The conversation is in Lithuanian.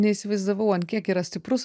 neįsivaizdavau ant kiek yra stiprus